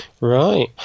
Right